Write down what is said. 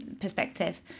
perspective